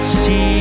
see